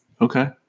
Okay